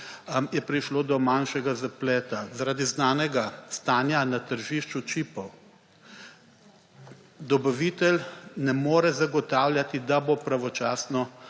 Prišlo je do manjšega zapleta, zaradi znanega stanja na tržišču čipov dobavitelj ne more zagotavljati, da bo pravočasno